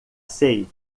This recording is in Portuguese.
sei